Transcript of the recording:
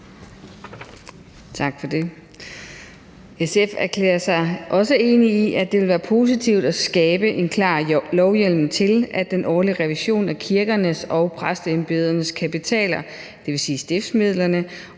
SF erklærer sig også enig i, at det vil være positivt at skabe en klar lovhjemmel til, at den årlige revision af kirkernes og præsteembedernes kapitaler, dvs. stiftsmidlerne,